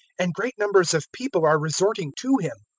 and great numbers of people are resorting to him.